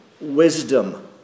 wisdom